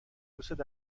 دوستت